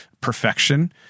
perfection